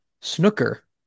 snooker